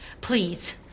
Please